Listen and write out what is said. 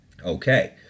Okay